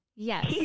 Yes